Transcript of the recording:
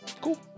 cool